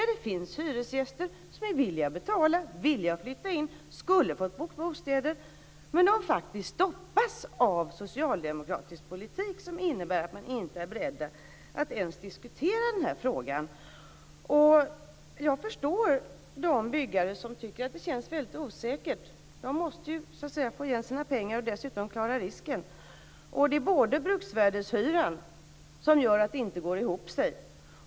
Det finns hyresgäster som är villiga att betala och villiga att flytta in. De skulle ha fått bostäder. Men det stoppas av en socialdemokratisk politik som innebär att man inte ens är beredd att diskutera frågan. Jag förstår de byggare som tycker att det känns väldigt osäkert. De måste få igen sina pengar och dessutom klara risken. Det är bruksvärdeshyran som gör att det inte går ihop.